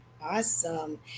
Awesome